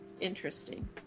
Interesting